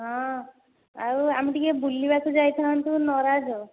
ହଁ ଆଉ ଆମେ ଟିକେ ବୁଲିବାକୁ ଯାଇଥାନ୍ତୁ ନରାଜ